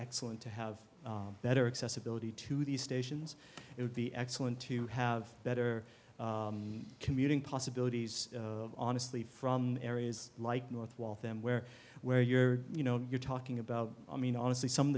excellent to have better accessibility to these stations it would be excellent to have better commuting possibilities honestly from areas like north waltham where where you're you know you're talking about i mean honestly some of